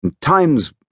Time's